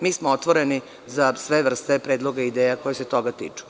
Mi smo otvoreni za sve vrste predloga i ideja, koje se toga tiču.